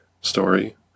story